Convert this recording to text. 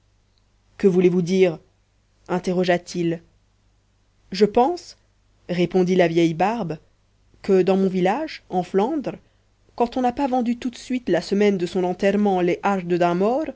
que voulez-vous dire interrogea-t-il je pense répondit la vieille barbe que dans mon village en flandre quand on n'a pas vendu tout de suite la semaine de son enterrement les hardes d'un